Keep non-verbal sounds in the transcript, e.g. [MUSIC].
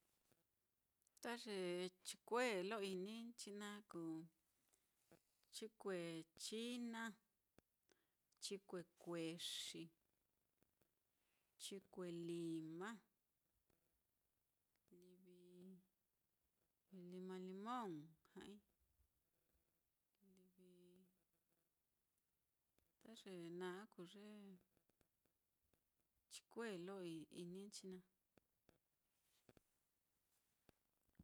Ta ye chikue lo ininchi naá kuu, chikue china, chikue kuexi, chikue lima, livi lima-limon ja'ai, livi ta ye naá kuu ye chikue lo ininchi naá. [NOISE]